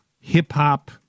hip-hop